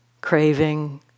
craving